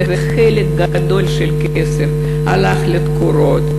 וחלק גדול של הכסף הלך לתקורות,